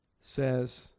Says